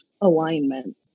alignment